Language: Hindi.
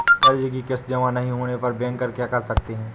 कर्ज कि किश्त जमा नहीं होने पर बैंकर क्या कर सकते हैं?